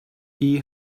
i̇yi